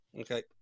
okay